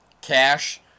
Cash